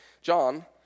John